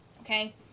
Okay